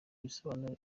ibisobanuro